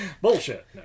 Bullshit